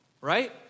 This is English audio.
right